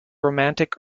romantic